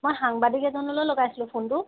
মই সাংবাদিক এজনলৈ লগাইছিলোঁ ফোনটো